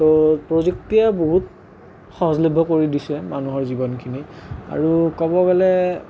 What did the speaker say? তো প্ৰযুক্তিয়ে বহুত সহজলভ্য কৰি দিছে মানুহৰ জীৱনখিনি আৰু ক'ব গ'লে